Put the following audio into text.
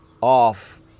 off